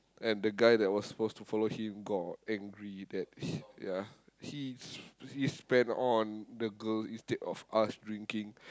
and the guy that was supposed to follow him got angry that ya he he spend on the girl instead of us drinking